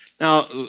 Now